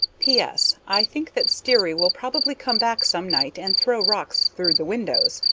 p s. i think that sterry will probably come back some night and throw rocks through the windows.